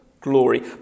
glory